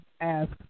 ask